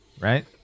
right